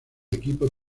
equipo